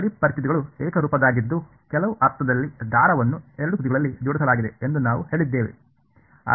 ಗಡಿ ಪರಿಸ್ಥಿತಿಗಳು ಏಕರೂಪದ್ದಾಗಿತ್ತು ಕೆಲವು ಅರ್ಥದಲ್ಲಿ ದಾರವನ್ನು ಎರಡೂ ತುದಿಗಳಲ್ಲಿ ಜೋಡಿಸಲಾಗಿದೆ ಎಂದು ನಾವು ಹೇಳಿದ್ದೇವೆ